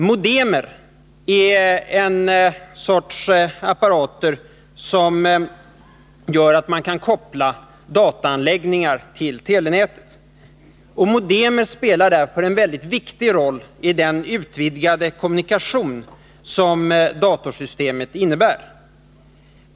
Modem är en sorts apparat som gör att man kan koppla dataanläggningar till telenätet. Modemen spelar därför en mycket viktig roll i den utvidgade kommunikation som datorsystemen innebär.